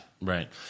Right